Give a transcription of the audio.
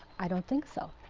i don't think so.